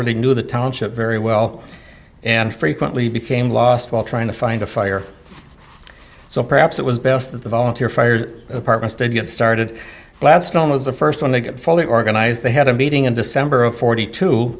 really knew the township very well and frequently became lost while trying to find a fire so perhaps it was best that the volunteer fire departments to get started gladstone was the first one to get fully organized they had a meeting in december of forty two